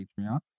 Patreon